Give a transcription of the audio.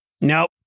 Nope